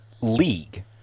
league